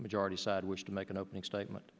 majority side wish to make an opening statement